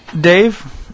Dave